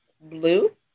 blue